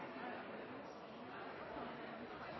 utøvende. Så kan